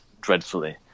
dreadfully